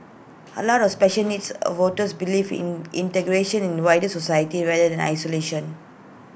A lot of special needs A voters believe in integration in the wider society rather than isolation